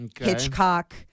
Hitchcock